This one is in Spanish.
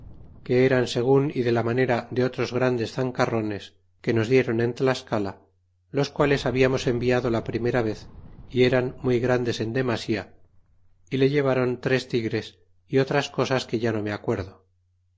que eran segun y de la manera de otros grandes zancarrones que nos dieron en tlascala los quales habitamos enviado la primera vez y eran muy grandes en demasía y le llevaron tres tigres y otras cosas que ya no me acuerdo